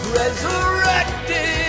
resurrected